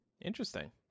Interesting